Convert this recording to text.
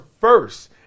first